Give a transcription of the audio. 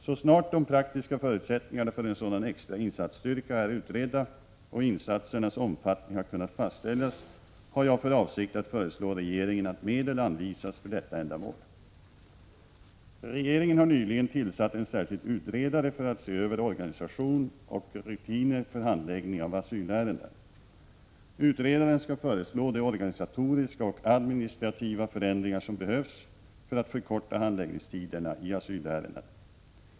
Så snart de praktiska förutsättningarna för en sådan extra insatsstyrka är utredda och insatsernas omfattning kunnat fastställas har jag för avsikt att föreslå regeringen att medel anvisas för detta ändamål. Regeringen har nyligen tillsatt en särskild utredare för att se över organisation och rutiner för handläggningen av asylärenden. Utredaren skall föreslå de organisatoriska och administrativa förändringar som behövs för att förkorta handläggningstiderna i asylärenden.